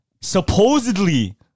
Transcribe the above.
Supposedly